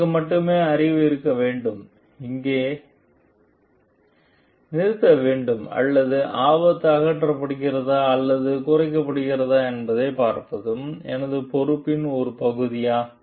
எனக்கு மட்டுமே அறிவு இருக்க வேண்டும் நான் அங்கேயே நிறுத்த வேண்டும் அல்லது ஆபத்து அகற்றப்படுகிறதா அல்லது குறைக்கப்படுகிறதா என்பதைப் பார்ப்பதும் எனது பொறுப்பின் ஒரு பகுதியா